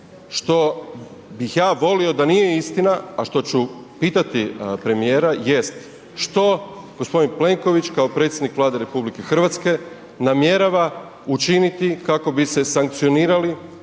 što bih ja volio da nije istina a što ću pitati premijera jest što gospodin Plenković kao predsjednik Vlade RH namjerava učiniti kako bi se sankcionirali,